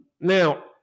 Now